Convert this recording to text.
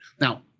Now